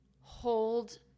hold